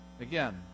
Again